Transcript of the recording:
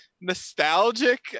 nostalgic